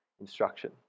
instruction